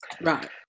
Right